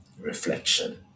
reflection